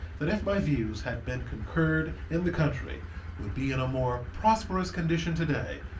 that if my views had been concurred in the country would be in a more prosperous condition to-day,